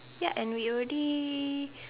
ya and we already